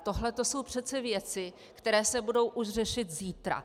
Tohle jsou přece věci, které se budou už řešit zítra.